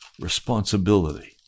responsibility